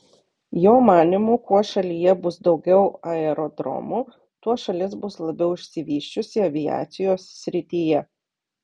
jo manymu kuo šalyje bus daugiau aerodromų tuo šalis bus labiau išsivysčiusi aviacijos srityje